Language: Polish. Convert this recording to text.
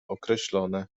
określone